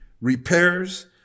repairs